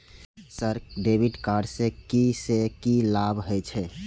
Sir debit card से की से की लाभ हे छे?